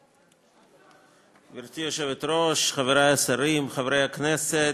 גברתי היושבת-ראש, חברי השרים, חברי הכנסת,